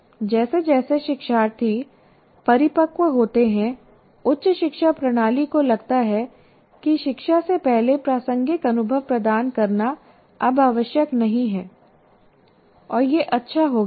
जैसे जैसे शिक्षार्थी परिपक्व होते हैं उच्च शिक्षा प्रणाली को लगता है कि शिक्षा से पहले प्रासंगिक अनुभव प्रदान करना अब आवश्यक नहीं है और यह अच्छा हो गया है